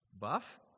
buff